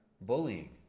bullying